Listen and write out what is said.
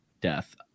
death